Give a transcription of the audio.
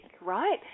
right